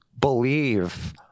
believe